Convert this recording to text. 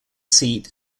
seat